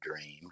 dream